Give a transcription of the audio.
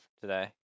today